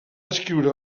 escriure